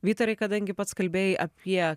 vytarai kadangi pats kalbėjai apie